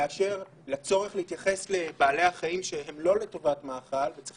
באשר לצורך להתייחס לבעלי החיים שהם לא לטובת מאכל וצריך